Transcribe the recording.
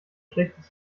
schlechtes